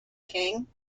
king